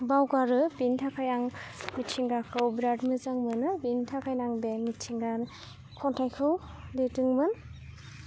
बावगारो बेनि थाखाय आं मिथिंगाखौ बिरात मोजां मोनो बिनि थाखायनो आं बे मिथिंगा खन्थाइखौ लिरदोंमोन